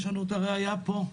יש לנו את הראייה פה,